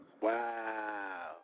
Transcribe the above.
Wow